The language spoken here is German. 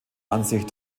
ansicht